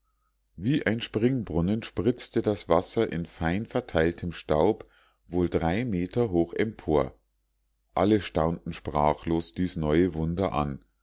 wie ein springbrunnen spritzte das wasser in feinverteiltem staub wohl drei meter hoch empor alle staunten sprachlos dies neue wunder an